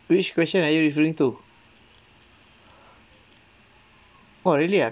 which question are you referring to !wah! really ah